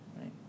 right